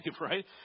right